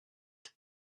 that